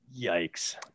Yikes